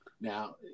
Now